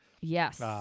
Yes